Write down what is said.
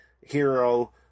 hero